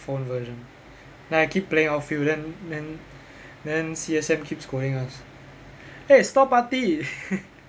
phone version then I keep playing outfield then then then C_S_M keep scolding us eh store party